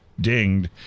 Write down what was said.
dinged